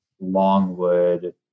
Longwood